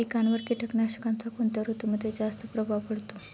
पिकांवर कीटकनाशकांचा कोणत्या ऋतूमध्ये जास्त प्रभाव पडतो?